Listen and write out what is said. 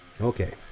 Okay